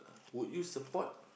would you support